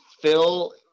Phil